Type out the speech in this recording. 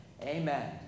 amen